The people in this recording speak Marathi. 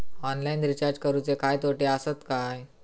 ऑनलाइन रिचार्ज करुचे काय तोटे आसत काय?